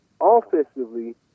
offensively